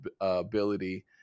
ability